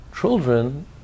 Children